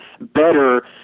better